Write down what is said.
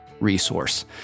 resource